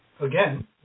again